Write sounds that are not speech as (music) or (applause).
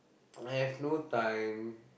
(noise) I have no time